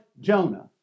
Jonah